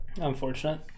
Unfortunate